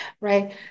Right